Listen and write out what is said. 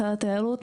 משרד התיירות,